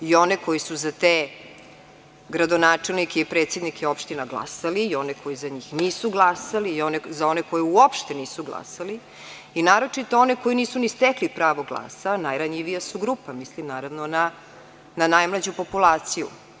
I oni koji su za te gradonačelnike i predsednike opština glasali i oni koji za njih nisu glasali, i za one koji uopšte nisu glasali i naročito one koji nisu ni stekli pravo glasa, najranjivija su grupa, mislim naravno na najmlađu populaciju.